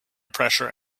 pressure